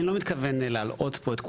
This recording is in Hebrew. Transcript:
אני לא מתכוון להלאות פה את כולם,